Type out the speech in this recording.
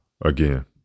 Again